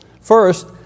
First